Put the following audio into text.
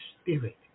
spirit